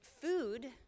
food